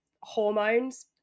Hormones